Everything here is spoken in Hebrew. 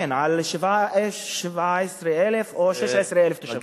כן, על 17,000 או 16,000 תושבים.